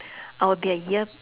I will be a ear